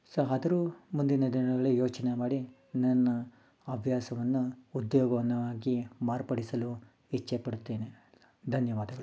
so ಆದರೂ ಮುಂದಿನ ದಿನಗಳಲ್ಲಿ ಯೋಚನೆ ಮಾಡಿ ನನ್ನ ಹವ್ಯಾಸವನ್ನು ಉದ್ಯೋಗವನ್ನಾಗಿ ಮಾರ್ಪಡಿಸಲು ಇಚ್ಛೆಪಡುತ್ತೇನೆ ಧನ್ಯವಾದಗಳು